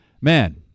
man